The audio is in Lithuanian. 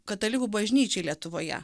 katalikų bažnyčiai lietuvoje